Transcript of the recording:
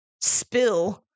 spill